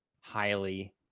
highly